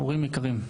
הורים יקרים,